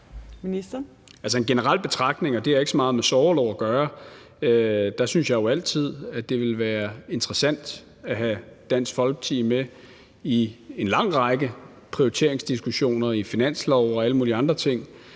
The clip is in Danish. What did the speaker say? en generel betragtning, og det har ikke så meget med sorgorlov at gøre: Jeg synes da altid, at det er interessant at have Dansk Folkeparti med i en lang række prioriteringsdiskussioner, om finanslov og alle mulige andre ting.